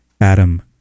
adam